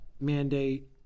mandate